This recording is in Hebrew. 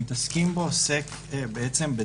ואת הפרטים כמובן נבקש מנציגי משרד המשפטים